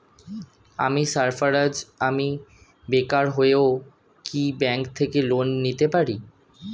আমি সার্ফারাজ, আমি বেকার হয়েও কি ব্যঙ্ক থেকে লোন নিতে পারি?